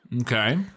Okay